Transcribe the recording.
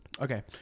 Okay